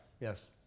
Yes